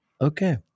Okay